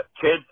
Kids